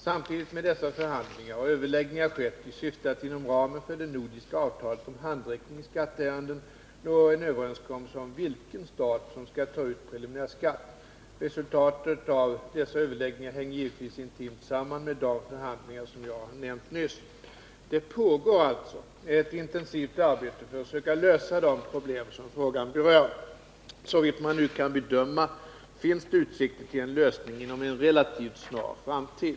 Samtidigt med dessa förhandlingar har överläggningar skett i syfte att inom ramen för det nordiska avtalet om handräckning i skatteärenden nå en överenskommelse om vilken stat som skall ta ut preliminärskatt. Resultatet av dessa överläggningar hänger givetvis intimt samman med de förhandlingar som jag har nämnt nyss. Det pågår alltså ett intensivt arbete för att söka lösa de problem som frågan berör. Såvitt man nu kan bedöma finns det utsikter till en lösning inom en relativt snar framtid.